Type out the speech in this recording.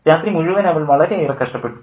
രാത്രി മുഴുവൻ അവൾ വളരെയേറെ കഷ്ടപ്പെട്ടു